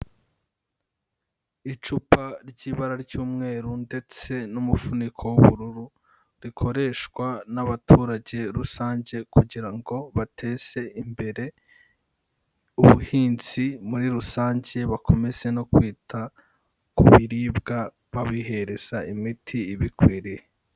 Icupa ry'ibara ry'umweru ndetse n'umufuniko w'ubururu, rikoreshwa n'abaturage rusange kugira ngo bateze imbere ubuhinzi muri rusange, bakomeze no kwita ku biribwa babihereza imiti ibikwiriye.